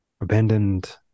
abandoned